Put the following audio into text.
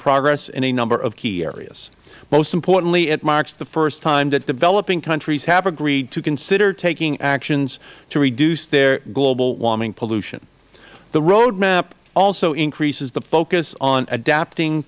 progress in a number of key areas most importantly it marks the first time that developing countries have agreed to consider taking actions to reduce their global warming pollution the road map also increases the focus on adapting